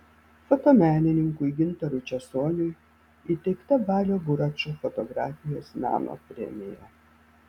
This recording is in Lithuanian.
fotomenininkui gintarui česoniui įteikta balio buračo fotografijos meno premija